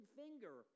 finger